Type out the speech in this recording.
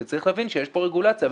וצריך להבין שיש פה רגולציה.